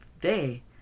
day